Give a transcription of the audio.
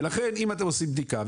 ולכן אם אתם עושים בדיקה,